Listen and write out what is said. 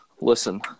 Listen